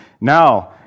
Now